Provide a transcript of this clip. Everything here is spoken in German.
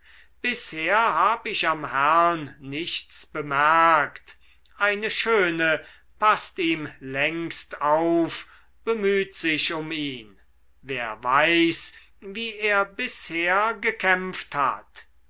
bisher hab ich am herrn nichts bemerkt eine schöne paßt ihm längst auf bemüht sich um ihn wer weiß wie er bisher gekämpft hat